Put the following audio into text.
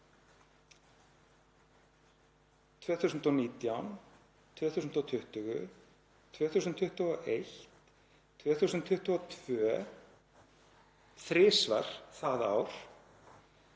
2019, 2020, 2021, 2022, þrisvar það ár,